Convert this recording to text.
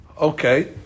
Okay